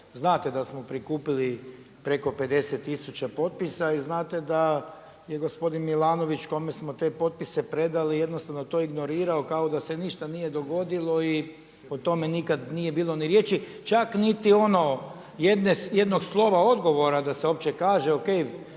Znate da smo prikupili preko 50000 potpisa i znate da je gospodin Milanović kome smo te potpise predali jednostavno to ignorirao kao da se ništa nije dogodilo i o tome nikad nije bilo ni riječi. Čak niti ono jednog slova odgovora da se uopće kaže, o.k.